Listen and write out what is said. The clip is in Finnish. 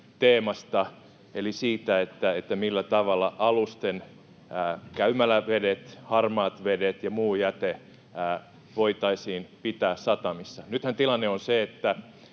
teemasta eli siitä, millä tavalla alusten käymälävedet, harmaat vedet ja muu jäte voitaisiin pitää satamissa. Nythän tilanne on se,